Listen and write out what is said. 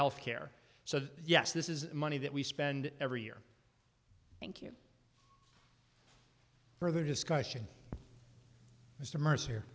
health care so yes this is money that we spend every year thank you further discussion mr mercer